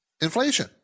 inflation